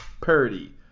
Purdy